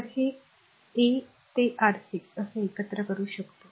तर हे ए ते आर 6 कसे एकत्र करू शकतो